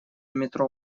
метро